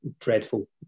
dreadful